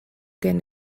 gen